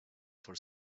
for